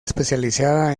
especializada